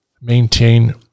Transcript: maintain